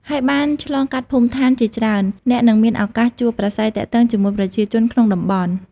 ហើយបានឆ្លងកាត់ភូមិឋានជាច្រើន អ្នកនឹងមានឱកាសជួបប្រាស្រ័យទាក់ទងជាមួយប្រជាជនក្នុងតំបន់។